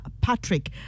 Patrick